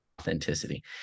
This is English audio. authenticity